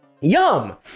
yum